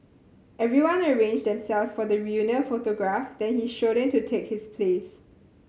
everyone arranged themselves for the reunion photograph then he strode in to take his place